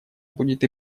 будет